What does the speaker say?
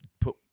put